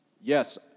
Yes